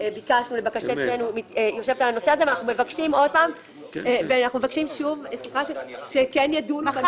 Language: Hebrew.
--- ואנחנו מבקשים שוב שידונו בנושא הזה.